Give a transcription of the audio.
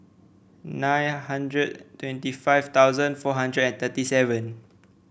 nine hundred twenty five thousand four hundred and thirty seven